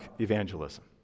evangelism